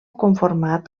conformat